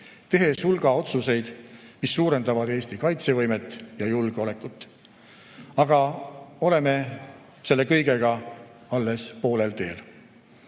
tehes hulga otsuseid, mis suurendavad Eesti kaitsevõimet ja julgeolekut. Aga oleme selle kõigega alles poolel teel.